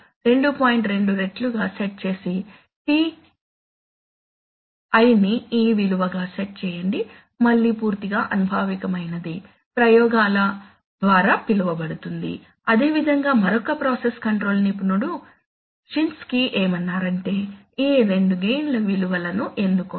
2 రెట్లు గా సెట్ చేసి Ti ని ఈ విలువగా సెట్ చేయండి మళ్ళీ పూర్తిగా అనుభావికమైనది ప్రయోగాల ద్వారా పిలువబడుతుంది అదేవిధంగా మరొక ప్రాసెస్ కంట్రోల్ నిపుణుడు షిన్స్కీ ఏమన్నారంటే ఈ రెండు గెయిన్ ల విలువలను ఎన్నుకోండి